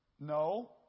no